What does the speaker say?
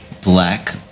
black